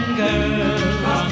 girls